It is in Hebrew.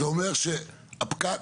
הפקק